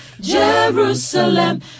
Jerusalem